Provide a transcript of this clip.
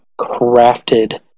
crafted